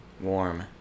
Warm